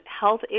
health